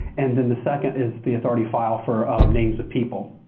and then the second is the authority file for names of people.